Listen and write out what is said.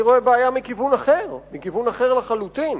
אני רואה בעיה מכיוון אחר, מכיוון אחר לחלוטין.